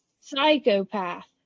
psychopath